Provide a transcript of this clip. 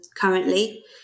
currently